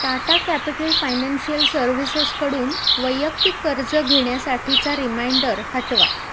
Tata capital financial सर्व्हिसेसकडून वैयक्तिक कर्ज घेण्यासाठीचा रिमाइंडर हटवा